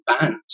bands